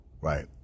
right